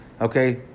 Okay